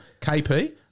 KP